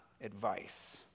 advice